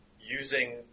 using